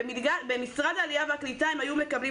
במשרד העלייה והקליטה הם היו מקבלים